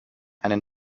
einen